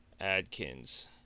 Adkins